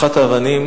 אחת האבנים